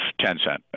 Tencent